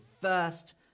first